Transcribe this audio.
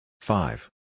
five